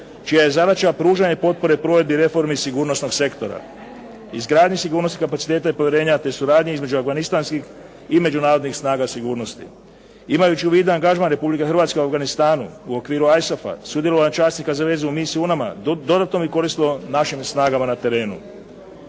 čija je zadaća pružanje potpore provedbi reformi sigurnosnog sektora. Izgradnje sigurnosti kapaciteta te povjerenja, te suradnji između afganistanskih i međunarodnih snaga sigurnosti. Imajući u vidu angažman Republike Hrvatske u Afganistanu u okviru …./Govornik se ne razumije./… sudjelovanje časnika za vezu u misiji …/Govornik se ne razumije./… dodatno bi koristilo našim snagama na terenu.